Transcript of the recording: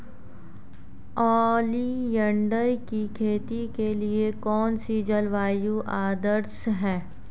Oleander की खेती के लिए कौन सी जलवायु आदर्श है?